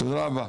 תודה רבה.